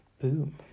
Boom